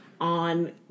on